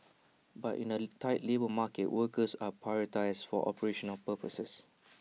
but in A tight labour market workers are prioritised for operational purposes